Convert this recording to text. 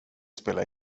spelar